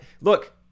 Look